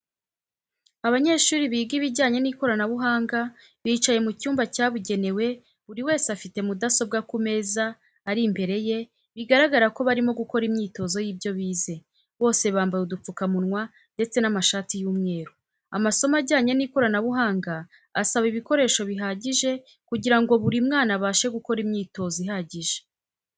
Abanyeshuri biga ibijyanye n'ikoranabuhanga bicaye mu cyumba cyabugenewe buri wese afite mudasobwa ku meza ari imbere ye bigaragara ko barimo gukora imyitozo y'ibyo bize, bose bambaye udupfukamunwa ndetse n'amashati y'umweru. Amasomo ajyanye n'ikoranabuhanga asaba ibikoreso bihagije kugira ngo buri mwana abashe gukora imyitozo ihagije.